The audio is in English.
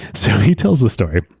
so he tells the story.